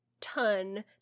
ton